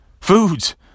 foods